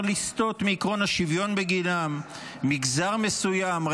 לסטות מעקרון השוויון שם: מגזר מסוים,